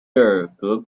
尔格